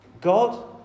God